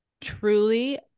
truly